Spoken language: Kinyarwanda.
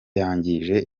yangije